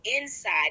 inside